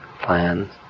plans